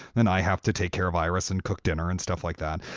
then i have to take care of iris and cook dinner and stuff like that.